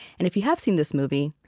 and if you have seen this movie,